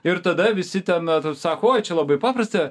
ir tada visi ten sako oi čia labai paprasta